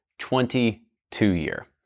22-year